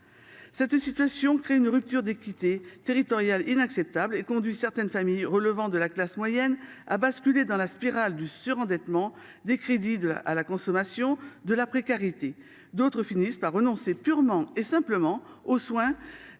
outre mer. En résulte une rupture d’équité territoriale inacceptable. Certaines familles de la classe moyenne basculent ainsi dans la spirale du surendettement, des crédits à la consommation et de la précarité. D’autres finissent par renoncer purement et simplement aux soins.